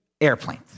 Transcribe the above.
airplanes